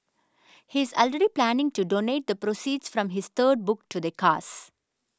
he is already planning to donate the proceeds from his third book to the cause